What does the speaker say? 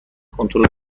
کنترل